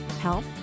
health